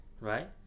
Right